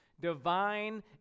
divine